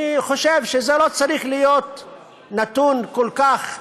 אני חושב שזה לא היה צריך להיות נתון כל כך,